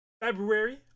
February